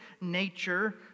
nature